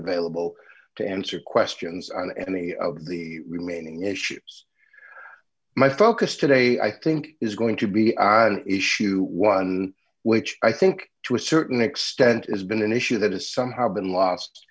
available to answer questions on any of the remaining issues my focus today i think is going to be issue one which i think to a certain extent has been an issue that has somehow been lost